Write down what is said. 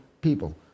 people